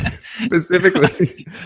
specifically